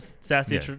sassy